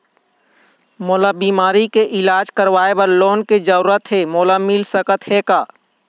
मोला बीमारी के इलाज करवाए बर लोन के जरूरत हे मोला मिल सकत हे का?